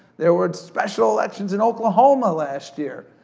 there were special elections in oklahoma last year.